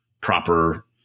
proper